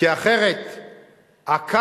כי אחרת הכעס